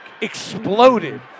exploded